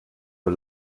nur